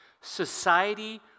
society